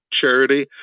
charity